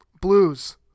Blues